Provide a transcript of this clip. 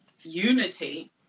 unity